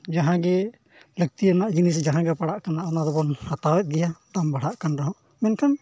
ᱡᱟᱦᱟᱸᱜᱮ ᱞᱟᱹᱠᱛᱤᱭᱟᱱᱟᱜ ᱡᱤᱱᱤᱥ ᱡᱟᱦᱟᱸ ᱜᱮ ᱯᱟᱲᱟᱜ ᱠᱟᱱᱟ ᱚᱱᱟ ᱫᱚᱵᱚᱱ ᱦᱟᱛᱟᱣᱮᱜ ᱠᱟᱱ ᱜᱮᱭᱟ ᱫᱟᱢ ᱵᱟᱲᱦᱟᱜ ᱠᱟᱱ ᱨᱮᱦᱚᱸ ᱢᱮᱱᱠᱷᱟᱱ